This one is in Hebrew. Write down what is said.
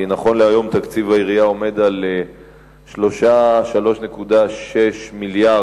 כי נכון להיום תקציב העירייה עומד על 3.6 מיליארדי